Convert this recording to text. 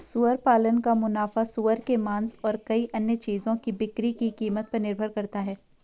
सुअर पालन का मुनाफा सूअर के मांस और कई अन्य चीजों की बिक्री की कीमत पर निर्भर करता है